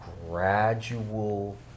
gradual